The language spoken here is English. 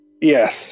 Yes